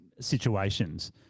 situations